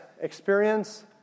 experience